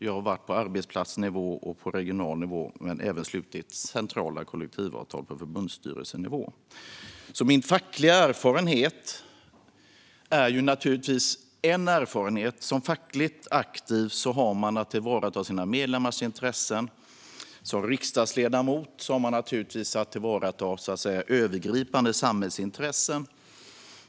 Jag har varit på arbetsplatsnivå och på regional nivå, men även slutit centrala kollektivavtal på förbundsstyrelsenivå. Min fackliga erfarenhet är naturligtvis en erfarenhet. Som fackligt aktiv har man att tillvarata sina medlemmars intressen. Som riksdagsledamot har man naturligtvis att tillvarata övergripande samhällsintressen.